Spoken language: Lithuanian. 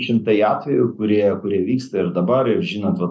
šimtai atvejų kurie kurie vyksta ir dabarir žinot vat